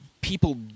people